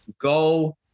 Go